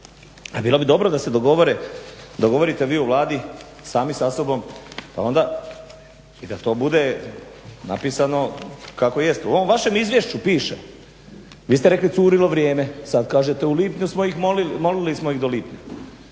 bilo bi dobro da se dogovore, dogovorite vi u Vladi sami sa sobom, onda i da to bude napisano kao jest. U ovom vašem izvješću piše, vi ste rekli curilo vrijeme, sad kažete u lipnju smo ih molili,